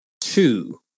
two